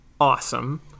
Awesome